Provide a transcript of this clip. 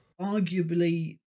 arguably